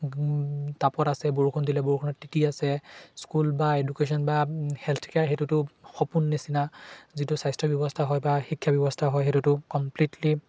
তাপত আছে বৰষুণ দিলে বৰষুণত তিতি আছে স্কুল বা এডুকেশ্যন বা হেল্থকেয়াৰ সেইটোতো সপোন নিচিনা যিটো স্বাস্থ্য ব্যৱস্থা হয় বা শিক্ষা ব্যৱস্থা হয় সেইটোতো কমপ্লিটলি